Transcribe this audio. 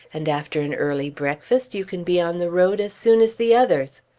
and after an early breakfast you can be on the road as soon as the others.